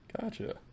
Gotcha